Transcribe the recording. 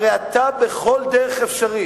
הרי אתה בכל דרך אפשרית,